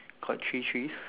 got three trees